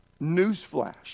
Newsflash